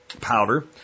Powder